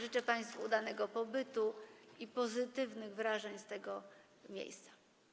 Życzę państwu udanego pobytu i pozytywnych wrażeń z tego miejsca.